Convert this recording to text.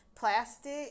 plastic